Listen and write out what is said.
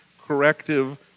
corrective